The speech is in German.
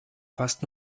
passt